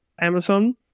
Amazon